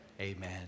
amen